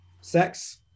Sex